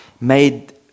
made